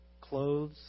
clothes